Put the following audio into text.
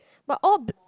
but all